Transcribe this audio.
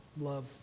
Love